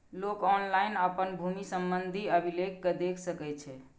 लोक ऑनलाइन अपन भूमि संबंधी अभिलेख कें देख सकै छै